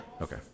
Okay